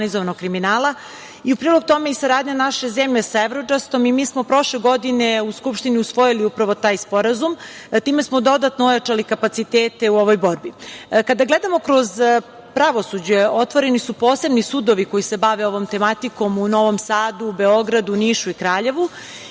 i u prilog tome i saradnja naše zemlje sa EVRODžAST-om, i mi smo prošle godine u Skupštini usvojili upravo taj sporazum. Time smo dodatno ojačali kapacitete u ovoj borbi. Kada gledamo kroz pravosuđe, otvoreni su posebni sudovi koji se bave ovom tematikom u Novom Sadu, Beogradu, Nišu i Kraljevu,